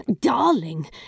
Darling